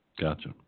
Gotcha